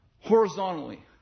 horizontally